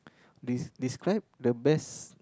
des~ describe the best